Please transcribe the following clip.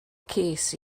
ces